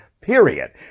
period